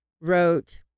wrote